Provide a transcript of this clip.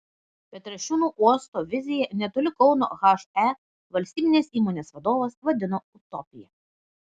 petrašiūnų uosto viziją netoli kauno he valstybinės įmonės vadovas vadino utopija